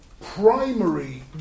primary